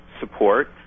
support